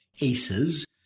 ACEs